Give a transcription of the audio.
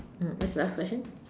mmhmm what's the last question